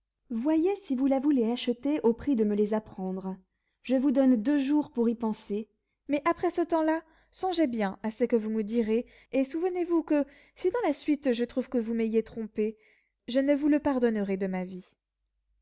voyez si vous la voulez acheter au prix de me les apprendre je vous donne deux jours pour y penser mais après ce temps-là songez bien à ce que vous me direz et souvenez-vous que si dans la suite je trouve que vous m'ayez trompée je ne vous le pardonnerai de ma vie